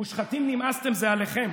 "מושחתים, נמאסתם" זה עליכם.